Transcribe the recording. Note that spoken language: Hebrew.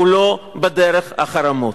לא בדרך החרמות.